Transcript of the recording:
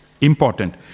important